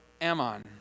Ammon